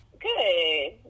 Good